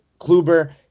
Kluber